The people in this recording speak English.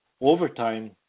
overtime